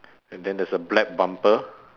and then there's a black bumper